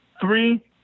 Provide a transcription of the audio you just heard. three